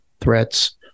threats